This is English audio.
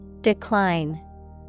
Decline